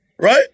Right